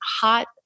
hot